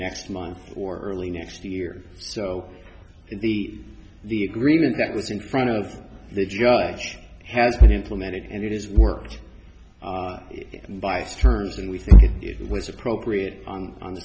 next month or early next year so the the agreement that was in front of the judge has been implemented and it is worked by stearns and we think it was appropriate on on the